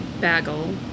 bagel